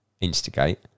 instigate